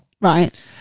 right